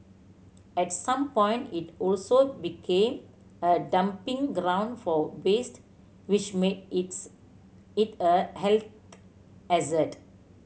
at some point it also became a dumping ground for waste which made its it a health hazard